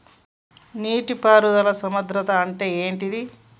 నీటి పారుదల సంద్రతా అంటే ఏంటిది?